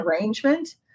arrangement